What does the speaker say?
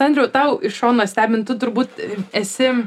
sandriau tau iš šono stebint tu turbūt esi